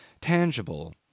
tangible